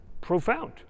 profound